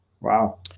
Wow